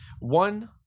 one